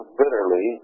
bitterly